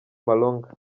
malonga